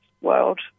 world